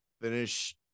finish